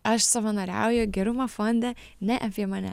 aš savanoriauju gerumo fonde ne apie mane